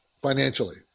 financially